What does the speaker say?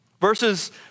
Verses